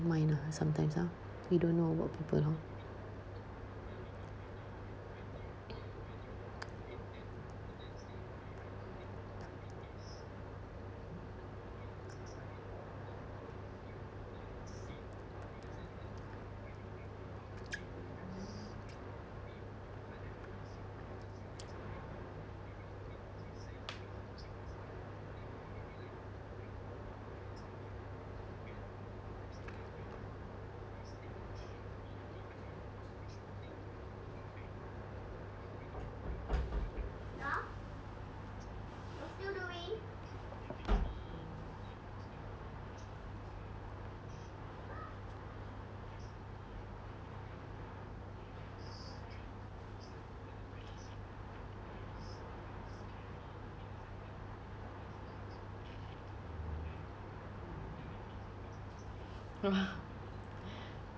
mind ah sometimes ah you don't know about people hor